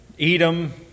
Edom